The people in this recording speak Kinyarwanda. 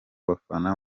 bafana